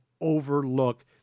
overlook